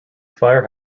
fire